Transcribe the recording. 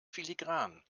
filigran